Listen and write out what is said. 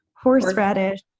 Horseradish